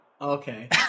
Okay